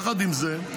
יחד עם זה,